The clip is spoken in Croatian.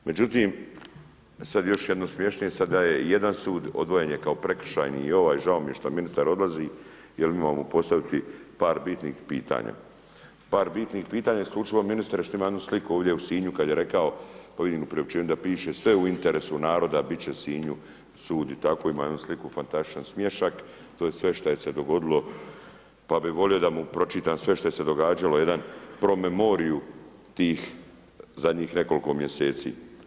Međutim sad još jedno smiješnije, sada je jedan sud, odvojen je kao prekršajni i ovaj, žao mi je što ministar odlazi jer imamo mi postaviti par bitnih pitanja, par bitnih pitanja isključivo ministre, što imam jednu sliku ovdje u Sinju kad je rekao, vidim u priopćenju da piše, sve u interesu naroda, bit će Sinju sud, i tako imam jednu sliku fantastičan smiješak, to je sve šta se dogodilo pa bi volio da mu pročitam sve šta se događalo, jednu promemoriju tih zadnjih nekoliko mjeseci.